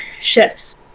shifts